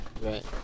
Right